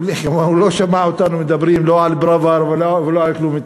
הוא לא שמע אותנו מדברים אתה לא על פראוור ולא על כלום,